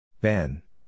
Ben